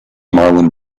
marlon